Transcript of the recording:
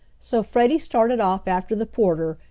so freddie started off after the porter,